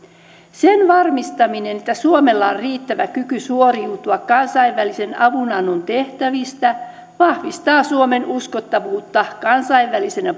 sen varmistaminen että suomella on riittävä kyky suoriutua kansainvälisen avunannontehtävistä vahvistaa suomen uskottavuutta kansainvälisenä